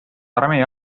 armee